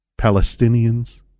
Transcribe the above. Palestinians